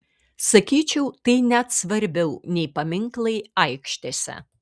sakyčiau tai net svarbiau nei paminklai aikštėse